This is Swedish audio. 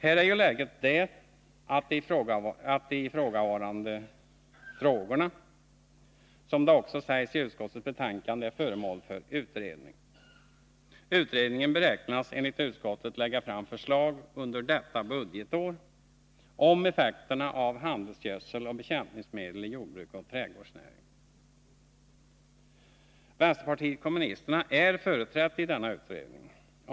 Här är ju läget det att frågorna, som det också sägs i utskottets betänkande, är föremål för utredning. Utredningen beräknas, enligt utskottet, lägga fram förslag under detta budgetår om effekterna av handelsgödsel och bekämpningsmedel i jordbruk och trädgårdsnäring. Vänsterpartiet kommunisterna är företrätt i denna utredning.